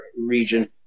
region